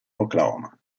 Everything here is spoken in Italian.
oklahoma